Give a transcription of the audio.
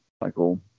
Michael